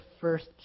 first